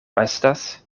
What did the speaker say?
estas